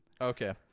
Okay